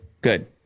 Good